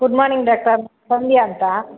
good morning doctor Sandhya ಅಂತ